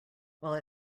while